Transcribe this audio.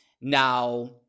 Now